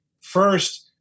First